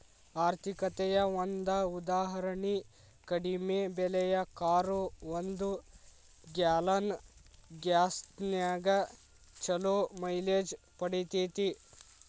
ಆರ್ಥಿಕತೆಯ ಒಂದ ಉದಾಹರಣಿ ಕಡಿಮೆ ಬೆಲೆಯ ಕಾರು ಒಂದು ಗ್ಯಾಲನ್ ಗ್ಯಾಸ್ನ್ಯಾಗ್ ಛಲೋ ಮೈಲೇಜ್ ಪಡಿತೇತಿ